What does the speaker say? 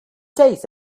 days